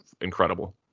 incredible